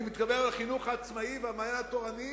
ואני מתכוון לחינוך העצמאי ול"מעיין החינוך התורני",